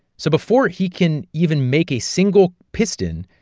so before he can even make a single piston,